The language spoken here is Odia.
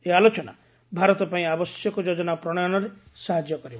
ଏହି ଆଲୋଚନା ଭାରତ ପାଇଁ ଆବଶ୍ୟକ ଯୋଜନା ପ୍ରଣୟନରେ ସାହାଯ୍ୟ କରିବ